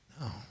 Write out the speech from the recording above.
No